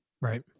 Right